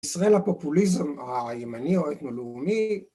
ישראל הפופוליזם הימני או האתנו לאומי